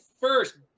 first